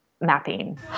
mapping